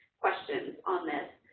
questions on this,